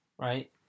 right